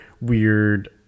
weird